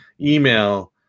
email